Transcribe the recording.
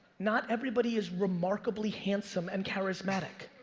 not everybody is remarkably handsome and charismatic.